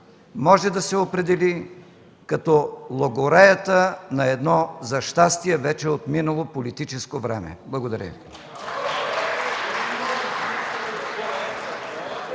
може да се определи като логореята на едно, за щастие, вече отминало политическо време! Благодаря.